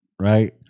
right